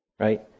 right